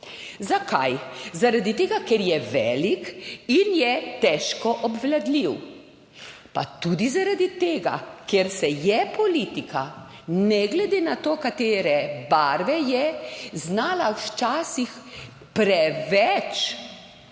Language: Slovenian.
Zakaj? Zaradi tega, ker je velik in je težko obvladljiv. Pa tudi zaradi tega, ker se je politika, ne glede na to, katere barve je, znala včasih preveč